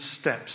steps